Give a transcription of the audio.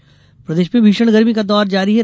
गर्मी प्रदेश में भीषण गर्मी का दौर जारी है